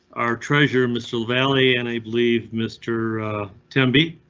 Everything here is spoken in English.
our treasure missile valley and i believe mr tim be.